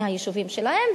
מהיישובים שלהן,